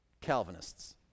Calvinists